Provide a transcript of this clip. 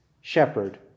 shepherd